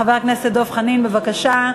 חבר הכנסת דב חנין, בבקשה.